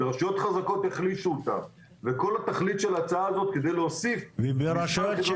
ואת הרשויות החזקות יחלישו.